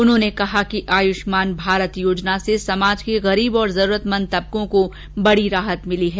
उन्होंने कहा कि आयुष्मान भारत योजना से समाज के गरीब और जरूरतमंत तबकों को बडी राहत मिली है